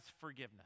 forgiveness